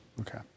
Okay